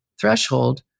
threshold